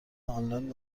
آنلاین